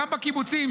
גם בקיבוצים,